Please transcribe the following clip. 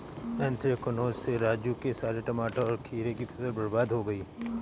anthracnose से राजू के सारे टमाटर और खीरे की फसल बर्बाद हो गई